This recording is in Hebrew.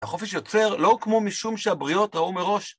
החופש יוצר לא כמו משום שהבריות ראו מראש.